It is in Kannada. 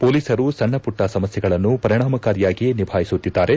ಪೊಲೀಸರು ಸಣ್ಣ ಪುಟ್ಟ ಸಮಸ್ಯೆಗಳನ್ನು ಪರಿಣಾಮಕಾರಿಯಾಗಿ ನಿಭಾಯಿಸುತ್ತಿದ್ದಾರೆ